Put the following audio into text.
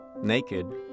naked